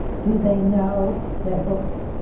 do they know that books